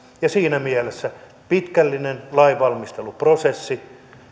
siinä mielessä pitkällinen lainvalmisteluprosessi